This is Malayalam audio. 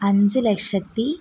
അഞ്ച് ലക്ഷത്തി